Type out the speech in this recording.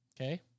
Okay